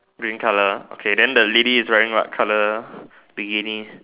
green color okay then the lady is wearing what color bikini